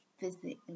physically